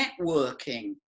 Networking